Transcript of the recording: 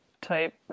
type